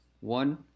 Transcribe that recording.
one